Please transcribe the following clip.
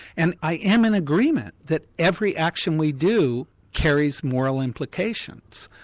and i am in agreement that every action we do carries moral implications.